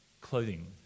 clothing